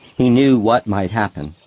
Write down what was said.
he knew what might happen